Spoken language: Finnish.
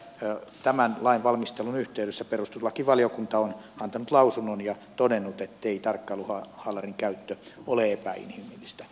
nyt tämän lain valmistelun yhteydessä perustuslakivaliokunta on antanut lausunnon ja todennut ettei tarkkailuhaalarin käyttö ole epäinhimillistä